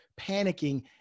panicking